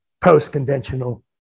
post-conventional